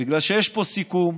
בגלל שיש פה סיכום.